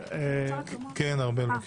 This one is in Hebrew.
כן, ארבל.